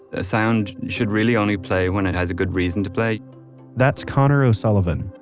the sound should really only play when it has a good reason to play that's conor o'sullivan.